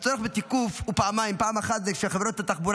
הצורך בתיקוף הוא פעמיים: פעם אחת היא כשחברות התחבורה